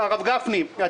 הרב גפני,